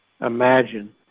imagine